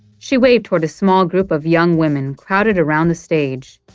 she waved toward a small group of young women crowded around the stage